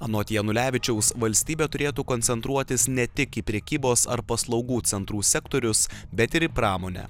anot janulevičiaus valstybė turėtų koncentruotis ne tik į prekybos ar paslaugų centrų sektorius bet ir į pramonę